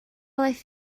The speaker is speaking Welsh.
aeth